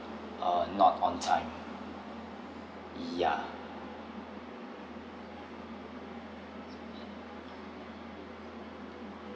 uh not on time yeah